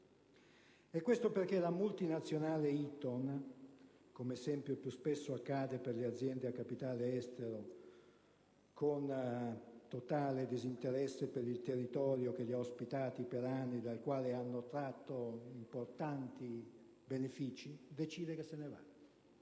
e questo perché la multinazionale Eaton, come sempre più spesso accade per le aziende a capitale estero, con totale disinteresse per il territorio che l'ha ospitata per anni, dal quale ha tratto importanti benefici, decide di chiudere quel